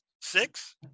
Six